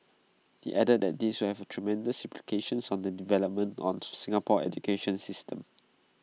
he added that this will have tremendous implications on the development of Singapore's educational system